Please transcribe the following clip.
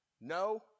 no